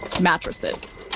mattresses